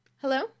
Hello